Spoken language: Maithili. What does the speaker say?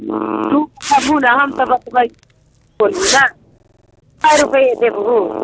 तू कहूं ने हम तऽ बतबे छलहुँ ने सओ रूपये देबहू